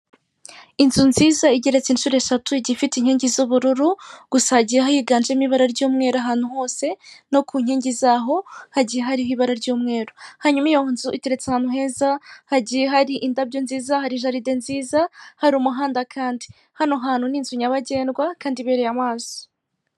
Inzu nziza igeretse incuro eshatu, igiye ifite inkingi z'ubururu, gusa hagiye higanjemo ibara ry'umweru ahantu hose, no ku nkingi zaho hagiye hariho ibara ry'umweru. Hanyuma iyo nzu iteretse ahantu heza, hagiye hari indabo nziza, hari jaride nziza, hari umuhanda kandi. Hano hantu n'inzu nyabagendwa kandi ibereye amaso